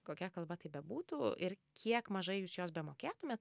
kokia kalba tai bebūtų ir kiek mažai jūs jos bemokėtumėt